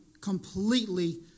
completely